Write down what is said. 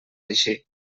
així